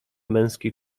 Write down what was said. męski